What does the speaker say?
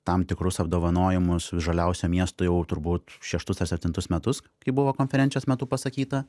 tam tikrus apdovanojimus žaliausio miesto jau turbūt šeštus ar septintus metus kai buvo konferencijos metu pasakyta